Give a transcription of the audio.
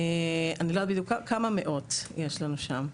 אני לא יודעת בדיוק כמה, כמה מאות יש לנו שם.